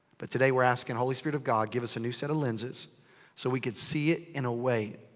but today, we're asking, holy spirit of god, give us a new set of lenses so we could see it in a way.